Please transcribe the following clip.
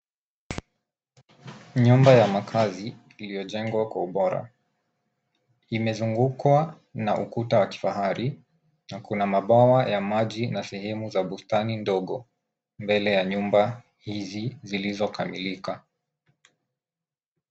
Nyumba ya makazi iliyojengwa kwa ubora. Imezungukwa na ukuta wa kifahari na kuna mabwawa ya maji na sehemu za bustani ndogo mbele ya nyumba hizi ziizokamilika.